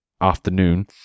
afternoon